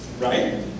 Right